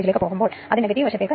ഇതിന് 230 വോൾട്ട് 6